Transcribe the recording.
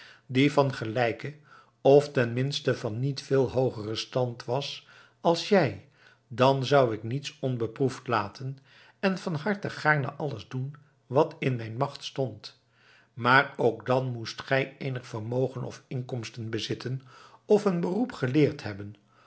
die van gelijken of ten minste van niet veel hoogeren stand was als jij dan zou ik niets onbeproefd laten en van harte gaarne alles doen wat in mijn macht stond maar ook dan moest gij eenig vermogen of inkomsten bezitten of een beroep geleerd hebben